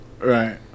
Right